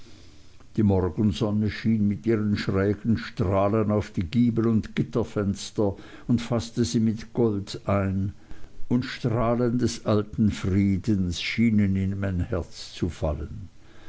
die morgensonne schien mit ihren schrägen strahlen auf die giebel und gitterfenster und faßte sie mit gold ein und strahlen alten friedens schienen in mein herz zu fallen